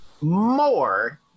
more